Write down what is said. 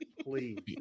please